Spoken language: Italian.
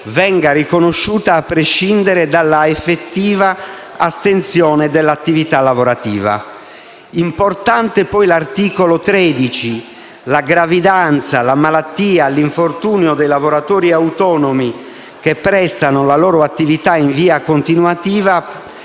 venga riconosciuta a prescindere dalla effettiva astensione dall'attività lavorativa. Importantissimo è poi, l'articolo 13: «La gravidanza, la malattia e l'infortunio dei lavoratori autonomi che prestano la loro attività in via continuativa